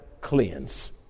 cleanse